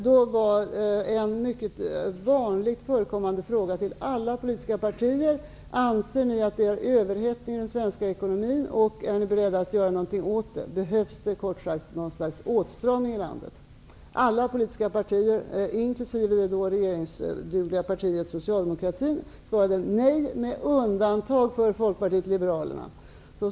Då var en mycket vanligt förekommande fråga till alla politiska partier om de ansåg att det var överhettning i den svenska ekonomin och om de var beredda att göra någonting åt det. Behövdes det kort sagt någon slags åtstramning i landet. Alla politiska partier, inkl. det då regeringsdugliga partiet Socialdemokraterna, svarade nej, med undantag av Folkpartiet liberalerna.